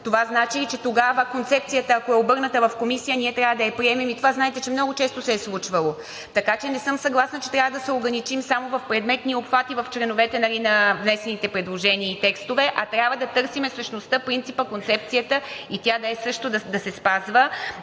Това значи ли, че тогава концепцията, ако е обърната в комисията, ние трябва да я приемем – и това, знаете, че много често се е случвало? Така че не съм съгласна, че трябва да се ограничим само в предметния обхват и в членовете на внесените предложения и текстове, а трябва да търсим същността, принципа, концепцията и тя също да се спазва.